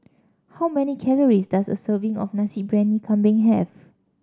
how many calories does a serving of Nasi Briyani Kambing have